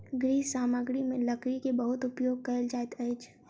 गृह सामग्री में लकड़ी के बहुत उपयोग कयल जाइत अछि